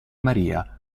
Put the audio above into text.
maria